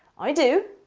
i do.